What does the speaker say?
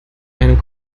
einem